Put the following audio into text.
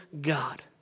God